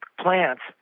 plants